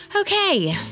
Okay